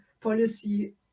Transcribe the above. policy